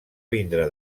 vindre